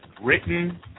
Written